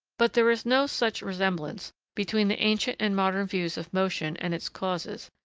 but there is no such resemblance between the ancient and modern views of motion and its causes,